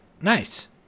Nice